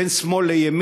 בין שמאל לימין,